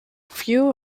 few